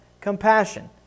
compassion